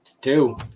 Two